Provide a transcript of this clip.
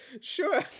Sure